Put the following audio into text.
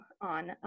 on